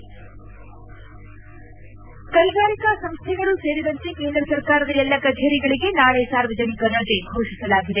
ಕ್ಕೆಗಾರಿಕಾ ಸಂಸ್ಥೆಗಳೂ ಸೇರಿದಂತೆ ಕೇಂದ್ರ ಸರ್ಕಾರದ ಎಲ್ಲ ಕಛೇರಿಗಳಿಗೆ ನಾಳೆ ಸಾರ್ವಜನಿಕ ರಜೆ ಫೋಷಿಸಲಾಗಿದೆ